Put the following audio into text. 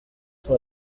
sur